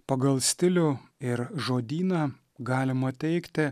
pagal stilių ir žodyną galima teigti